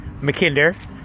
McKinder